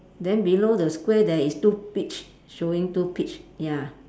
then below the square there is two peach showing two peach ya